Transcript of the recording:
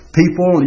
people